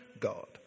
God